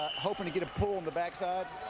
hoping to get a pull on the back side.